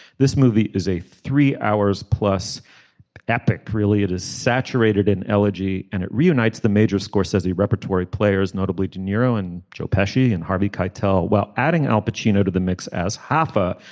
this movie is a three hours plus epic. really it is saturated in elegy and it reunites the major scorsese he repertory players notably de niro and joe pesci and harvey keitel while adding al pacino to the mix as hoffa.